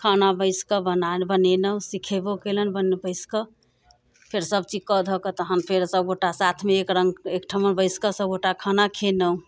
खाना बैसकऽ बना बनेनहुँ सिखेबो केलनि बैसिकऽ फेर सभ चीजकऽ धऽ कऽ तहन फेर सभ गोटा साथमे एकरङ्ग एक ठमन बैसिकऽ सभगोटा खाना खेनहुँ